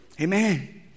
Amen